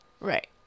Right